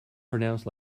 pronounced